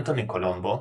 אנתוני קולומבו,